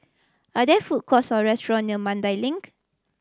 are there food courts or restaurant near Mandai Link